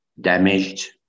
damaged